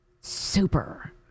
Super